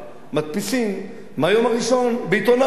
מדפיסים מהיום הראשון בעיתון "הארץ",